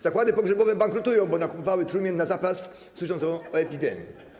Zakłady pogrzebowe bankrutują, bo nakupowały trumien na zapas, słysząc o epidemii.